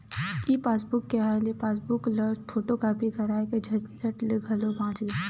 ई passbook के आए ले पासबूक ल फोटूकापी कराए के झंझट ले घलो बाच गे